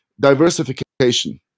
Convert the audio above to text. Diversification